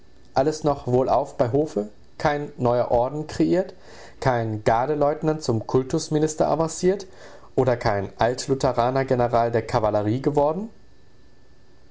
alles noch wohlauf bei hofe kein neuer orden kreiert kein garde leutnant zum kultus minister avanciert oder kein alt lutheraner general der kavallerie geworden